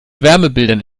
wärmebildern